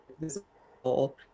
visible